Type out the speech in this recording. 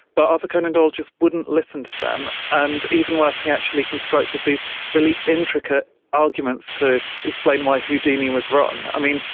but arthur conan doyle just wouldn't listen to them. and even worse, he actually constructed these really intricate arguments to explain why houdini was wrong. i mean,